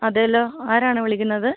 അതേല്ലോ ആരാണ് വിളിക്കുന്നത്